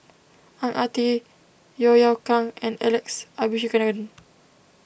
Ang Ah Tee Yeo Yeow Kwang and Alex Abisheganaden